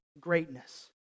greatness